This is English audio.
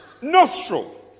Nostril